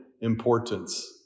importance